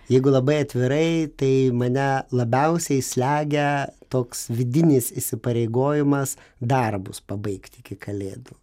jeigu labai atvirai tai mane labiausiai slegia toks vidinis įsipareigojimas darbus pabaigt iki kalėdų